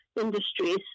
industries